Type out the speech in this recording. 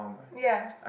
ya